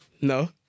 No